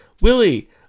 Willie